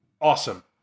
Awesome